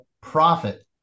profit